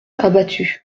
abattue